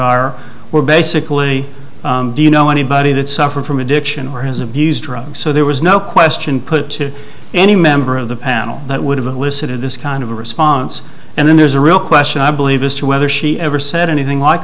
are were basically you know anybody that suffered from addiction has abused drugs so there was no question put to any member of the panel that would have elicited this kind of a response and then there's a real question i believe as to whether she ever said anything like